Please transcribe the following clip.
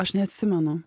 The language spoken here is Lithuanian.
aš neatsimenu